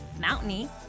mountainy